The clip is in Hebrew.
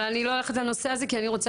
אבל אני לא הולכת לנושא הזה כי אני רוצה